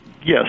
Yes